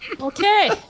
Okay